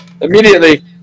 Immediately